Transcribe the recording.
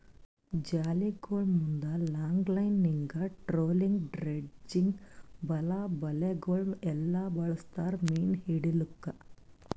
ಜಾಲಿಗೊಳ್ ಮುಂದ್ longlining, trawling, dredging ಮತ್ತ ಬಲೆಗೊಳ್ ಎಲ್ಲಾ ಬಳಸ್ತಾರ್ ಮೀನು ಹಿಡಿಲುಕ್